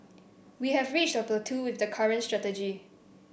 we have reached a plateau with the current strategy